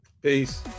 Peace